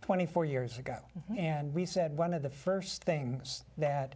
twenty four years ago and we said one of the first things that